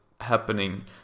happening